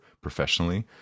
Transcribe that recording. professionally